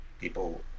people